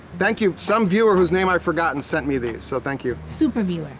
thank you, some viewer whose name i've forgotten sent me these, so thank you. super viewer